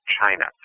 China